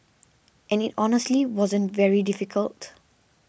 and it honestly wasn't very difficult